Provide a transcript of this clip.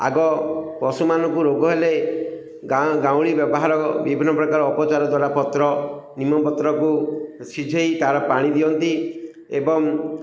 ଆଗ ପଶୁମାନଙ୍କୁ ରୋଗ ହେଲେ ଗାଁ ଗାଉଁଳି ବ୍ୟବହାର ବିଭିନ୍ନ ପ୍ରକାର ଉପଚାର ଦ୍ୱାରା ପତ୍ର ନିମ ପତ୍ରକୁ ସିଝାଇ ତା'ର ପାଣି ଦିଅନ୍ତି ଏବଂ